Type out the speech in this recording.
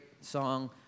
song